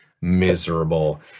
miserable